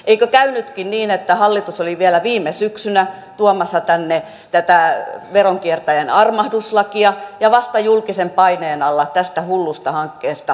eikö käynytkin niin että hallitus oli vielä viime syksynä tuomassa tänne tätä veronkiertäjän armahduslakia ja vasta julkisen paineen alla tästä hullusta hankkeesta hallitus perääntyi